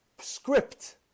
script